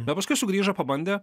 bet paskui sugrįžo pabandė